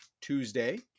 Tuesday